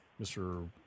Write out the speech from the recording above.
Mr